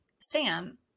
Sam